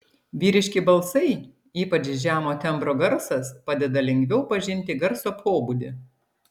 vyriški balsai ypač žemo tembro garsas padeda lengviau pažinti garso pobūdį